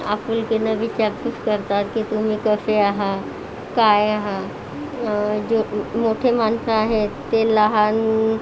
आपुलकीने विचारपूस करतात की तुम्ही कसे आहात काय आहात जे मोठे माणसं आहेत ते लहान